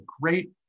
great